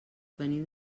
venim